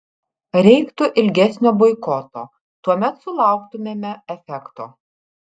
reiktų ilgesnio boikoto tuomet sulauktumėme efekto